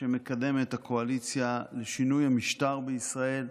שמקדמת הקואליציה לשינוי המשטר בישראל,